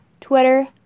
Twitter